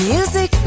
Music